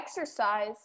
exercise